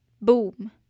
Boom